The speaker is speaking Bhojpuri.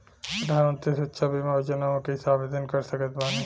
प्रधानमंत्री सुरक्षा बीमा योजना मे कैसे आवेदन कर सकत बानी?